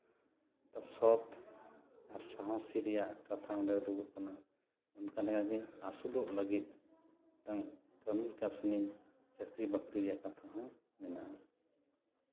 ᱥᱚᱛ ᱟᱨ ᱥᱟᱦᱚᱥᱤ ᱨᱮᱭᱟᱜ ᱠᱟᱛᱷᱟ ᱱᱚᱸᱰᱮ ᱩᱫᱩᱜᱚᱜ ᱠᱟᱱᱟ ᱚᱱᱠᱟ ᱞᱮᱠᱟᱜᱮ ᱟᱹᱥᱩᱞᱚᱜ ᱞᱟᱹᱜᱤᱫ ᱢᱤᱫᱴᱟᱱ ᱠᱟᱹᱢᱤ ᱠᱟᱹᱥᱱᱤ ᱪᱟᱹᱠᱤ ᱵᱟᱹᱠᱨᱤ ᱨᱮᱭᱟᱜ ᱠᱟᱛᱷᱟ ᱦᱚᱸ ᱢᱮᱱᱟᱜᱼᱟ